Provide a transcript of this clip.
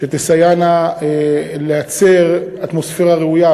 שתסייענה לייצר אטמוספירה ראויה,